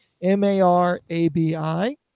M-A-R-A-B-I